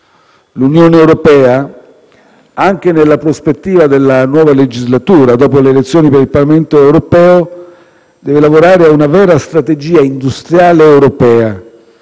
L'Unione europea, anche nella prospettiva della nuova legislatura dopo le elezioni per il Parlamento europeo, deve lavorare a una vera strategia industriale europea,